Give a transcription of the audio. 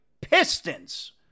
Pistons